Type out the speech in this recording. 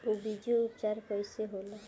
बीजो उपचार कईसे होला?